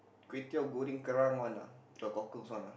kway-teow-goreng-kerang one ah the cockles one ah